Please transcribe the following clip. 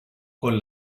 con